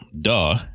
duh